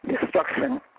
destruction